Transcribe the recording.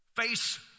Face